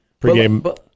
Pregame